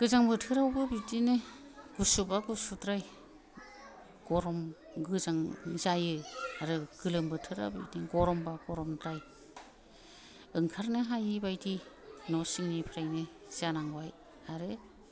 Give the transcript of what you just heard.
गोजां बोथोरावबो बिदिनो गुसुबा गुसुद्राय गरम गोजां जायो आरो गोलोम बोथोरा बिदिनो गरमबा गरमद्राय ओंखारनो हायै बादि न' सिंनिफ्रायनो जानांबाय आरो